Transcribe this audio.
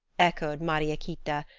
echoed mariequita,